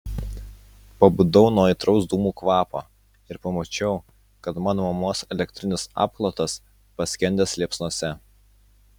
pabudau nuo aitraus dūmų kvapo ir pamačiau kad mano mamos elektrinis apklotas paskendęs liepsnose